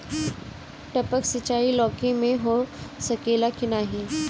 टपक सिंचाई लौकी में हो सकेला की नाही?